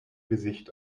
gesicht